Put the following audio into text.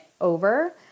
over